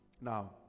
now